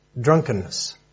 Drunkenness